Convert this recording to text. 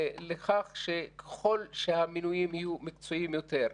לכך שככל שהמינויים יהיו מקצועיים יותר,